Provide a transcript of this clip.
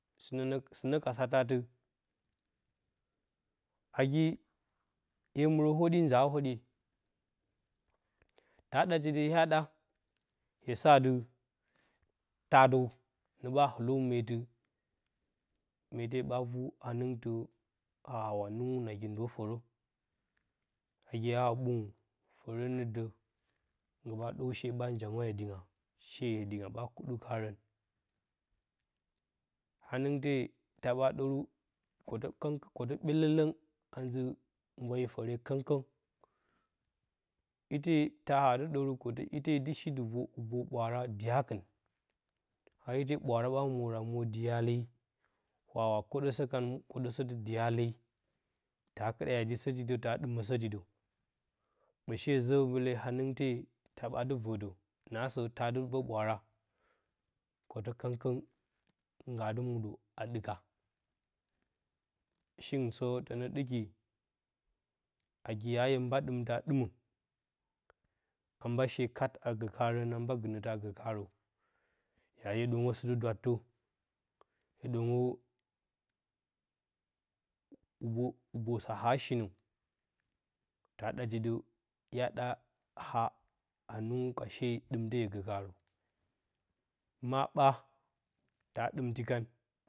Sɨnə nə sɨnə ka satə ati, nagi hye muurə hwodyi nza hwodye ta ɗati də hya ɗa, hye sa ati taa dəw nə ɓa fləw meete, meete ɓa vu ha-nɨngtɨ a awa, nɨngu nagi ndo fərə nagi ya ha a ɓəngə, fəre nə də, nggi ɓa dəw she ɓa njwamwa yedinga, she yedina ɓa kɨɗu karən hanɨngte taa ɓa ɗaru kwotə, kwotə ɓyelə-ləng a zɨ mbwayi fərekəng-kəng ite taa a dɨ ɗəru kwotə, ito dɨ shi dɨ vor hubo ɓwara dyakɨn a ite ɓwaara ɓa mwora mwo dyale, wa a kwoɗəsə kan kwoɗasəti dyale, ta kiɗa yedisə ti də ta ɗɨməsəti də, ɓə she zə, wulee hanɨngte taa adɨvor də naasə taa adɨ və-ɓwaarakowtə kəngkəng ngga adɨ muɗə aɗɨka shingɨn sə tənə ɗɨki, nagi ya hye mba ɗɨm tə a ɗɨməamba shee kat agə karən a mba gɨnətə agə karə a hye ɗwongə sɨti-dwattə, hye ɗwo ɗwongə hubosa a shinə ta ɗati ɗə hya ɗa a ha-nɨngu ka shee, ɗɨm te hye gə kaarə, maa ɓa ta ɗɨmti kan.